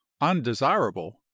undesirable